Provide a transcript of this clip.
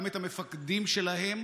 גם את המפקדים שלהם,